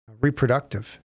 reproductive